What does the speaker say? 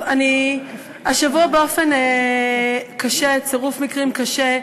השבוע, באופן קשה, בצירוף מקרים קשה,